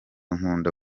nkunda